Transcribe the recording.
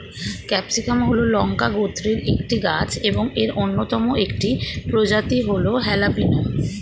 capsicum হল লঙ্কা গোত্রের একটি গাছ এবং এর অন্যতম একটি প্রজাতি হল হ্যালাপিনো